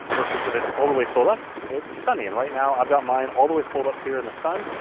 versus if it's all the way filled up, then it's sunny. and right now i've got mine all the way filled up here in the sun.